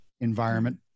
environment